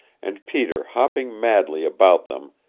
and peter hopping madly about them,